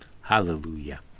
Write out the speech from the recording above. Hallelujah